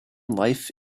life